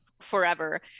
forever